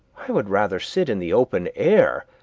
i would rather sit in the open air,